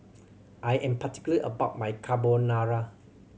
I am particular about my Carbonara